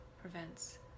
prevents